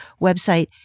website